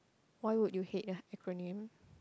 why would you hate the acronym